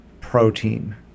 protein